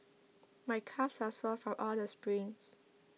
my calves are sore from all the sprints